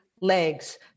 legs